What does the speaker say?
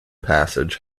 passage